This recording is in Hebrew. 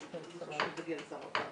הסיפור של דוד אורעד.